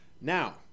Now